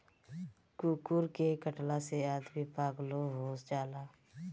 कुकूर के कटला से आदमी पागलो हो जाला